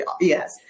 yes